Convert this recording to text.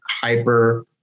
hyper